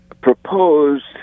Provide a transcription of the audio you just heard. proposed